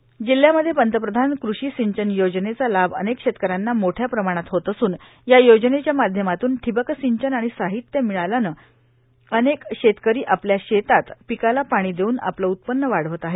ब्लडाणा जिल्हयामध्ये पंतप्रधान कृषी सिंचन योजनेचा लाभ अनेक शेतकऱ्यांना मोठ्या प्रमाणात होत अस्न या योजनेच्या माध्यमात्न ठिबक संचन आणि साहीत्य मिळाल्याने अनेक शेतकरी आपल्या शेतात पिकाला पाणी देव्न आपले ऊत्पन्न वाढवत आहेत